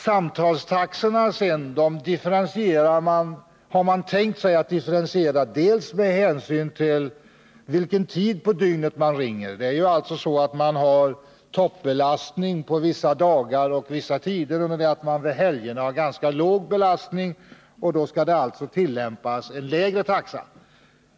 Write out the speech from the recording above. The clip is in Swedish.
Samtalstaxorna har utredningen tänkt differentiera med hänsyn till vilken tid på dygnet man ringer. Man har ju toppbelastning på vissa dagar och vissa tider, under det att man på helgerna har ganska låg belastning. På tider med låg belastning skulle det alltså tillämpas en lägre taxa.